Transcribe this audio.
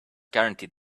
guaranteed